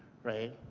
right?